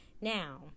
now